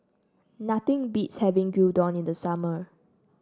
nothing beats having Gyudon in the summer